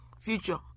future